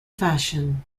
fashion